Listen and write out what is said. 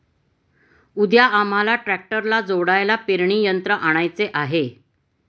उद्या आम्हाला ट्रॅक्टरला जोडायला पेरणी यंत्र आणायचे आहे